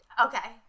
Okay